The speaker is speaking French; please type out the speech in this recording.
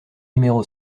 numéro